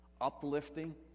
uplifting